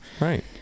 Right